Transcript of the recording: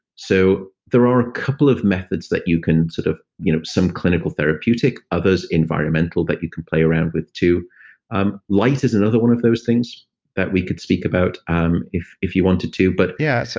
so there are a couple of methods that you can. sort of you know some clinical, therapeutic, others environmental that you can play around with too um light is another one of those things that we could speak about um if if you wanted to but yeah, so